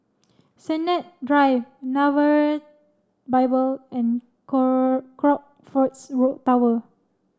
Sennett Drive Nazareth Bible and Crockfords Tower